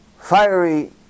fiery